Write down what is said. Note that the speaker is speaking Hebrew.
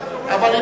מה אתה צורח?